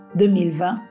2020